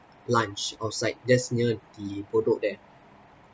lunch outside just near the bedok there